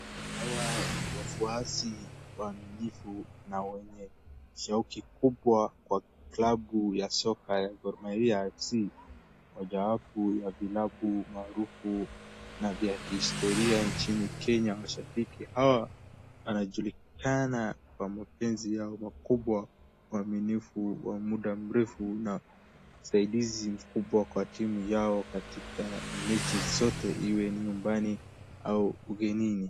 Hawa ni wafuasi waaminifu na wenye shauki kubwa kwa klabu ya soka ya Gor Mahia FC , moja wapo ya vilabu maarufu na vya kihistoria nchini Kenya. Washabiki hawa wanajulikana kwa mapenzi yao makubwa, uaminifu wa muda mrefu na msaidizi mkubwa kwa timu yao katika mechi zote iwe ni nyumbani au ugenini.